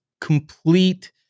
complete